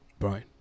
Right